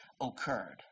occurred